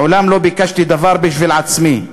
מעולם לא ביקשתי דבר בשביל עצמי.